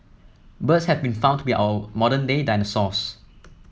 birds have been found to be our modern day dinosaurs